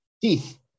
Teeth